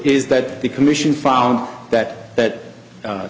is that the commission found that that